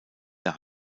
der